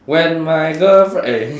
when my girlfri~ eh